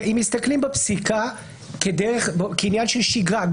מסתכלים בפסיקה כעניין של שגרה,